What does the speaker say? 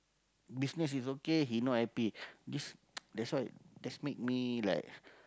business is okay he not happy this that's why that's make me like